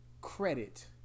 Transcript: credit